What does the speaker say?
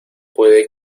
puede